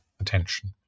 attention